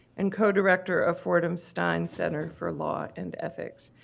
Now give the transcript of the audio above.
and co-director of fordham stein center for law and ethics.